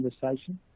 conversation